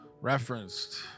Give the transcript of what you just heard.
Referenced